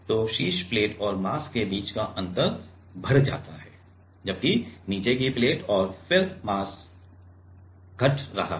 तो शीर्ष प्लेट और मास के बीच का अंतर बढ़ रहा है जबकि नीचे की प्लेट और फिर मास घट रहा है